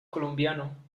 colombiano